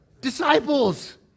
Disciples